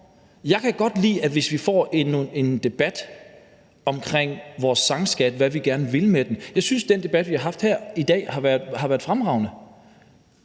Jeg kan godt lide, at vi har en debat om vores sangskat, og hvad vi gerne vil med den. Jeg synes, at den debat, vi har haft i dag, har været fremragende.